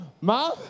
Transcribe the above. Mom